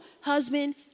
husband